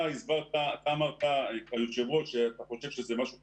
אתה היושב ראש אמרת שאתה חושב שזה משהו חשוב.